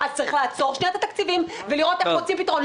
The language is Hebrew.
צריך לעצור לשנייה את התקציבים ולראות איך מוצאים פתרון.